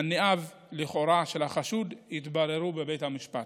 מניעיו לכאורה של החשוד יתבררו בבית המשפט.